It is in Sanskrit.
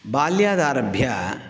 बाल्यादारभ्य